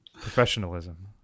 Professionalism